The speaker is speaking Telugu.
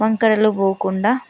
వంకరలు పోకుండా